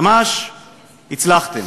ממש הצלחתם.